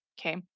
okay